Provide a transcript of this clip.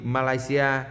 Malaysia